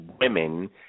women